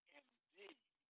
indeed